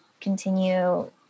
continue